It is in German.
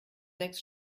sechs